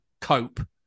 cope